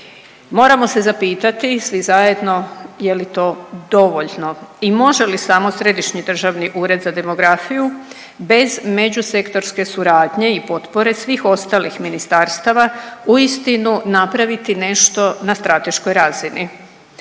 Moramo se zapitati svi zajedno je li to dovoljno i može li samo Središnji državni ured za demografiju bez međusektorske suradnje i potpore svih ostalih ministarstava uistinu napraviti nešto na strateškoj razini.